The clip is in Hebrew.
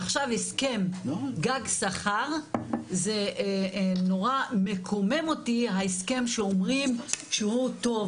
עכשיו הסכם גג שכר זה נורא מקומם אותי ההסכם שאומרים שהוא טוב.